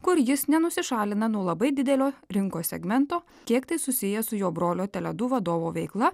kur jis nenusišalina nuo labai didelio rinkos segmento kiek tai susiję su jo brolio tele du vadovo veikla